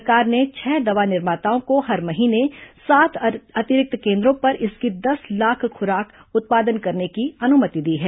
सरकार ने छह दवा निर्माताओं को हर महीने सात अतिरिक्त केंद्रों पर इसकी दस लाख खुराक उत्पादन करने की अनुमति दी है